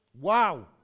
Wow